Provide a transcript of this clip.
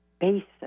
basis